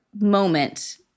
moment